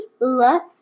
look